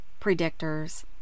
predictors